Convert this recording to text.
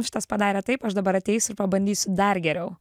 šitas padarė taip aš dabar ateisiu ir pabandysiu dar geriau